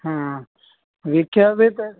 ਹਾਂ ਵੇਖਿਆ ਫਿਰ ਤੈਂ